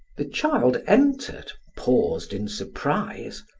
the child entered, paused in surprise,